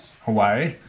Hawaii